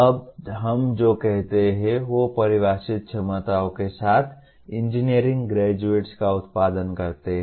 अब हम जो कहते हैं वे परिभाषित क्षमताओं के साथ इंजीनियरिंग ग्रेजुएट्स का उत्पादन करते हैं